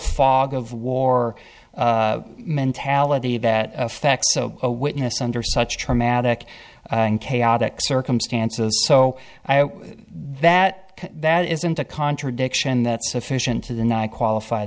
fog of war mentality that affects so a witness under such traumatic and chaotic circumstances so that that isn't a contradiction that sufficient to the nih qualified